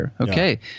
okay